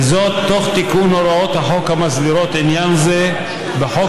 וזאת תוך תיקון הוראות החוק המסדירות עניין זה בחוק